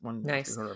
Nice